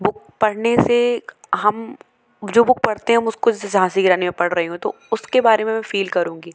book पढ़ने से हम जो बुक पढ़ते हम उसको जैसे झांसी की रानी मैं पढ़ रही हूँ तो उसके बारे में मैं फील करूँगी